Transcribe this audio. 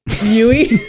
Yui